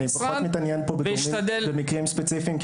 אני פחות מתעניין פה במקרים ספציפיים,